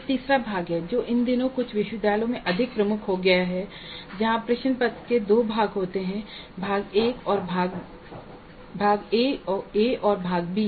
एक तीसरा प्रकार है जो इन दिनों कुछ विश्वविद्यालयों में अधिक प्रमुख हो गया है जहां प्रश्न पत्र के दो भाग होते हैं भाग ए और भाग बी